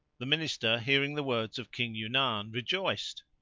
the minister, hearing the words of king yu nan, rejoined,